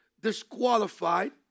disqualified